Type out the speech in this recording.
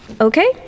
okay